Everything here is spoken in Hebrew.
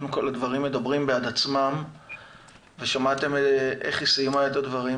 כל הדברים מדברים בעד עצמם ושמעתם איך היא סיימה את הדברים,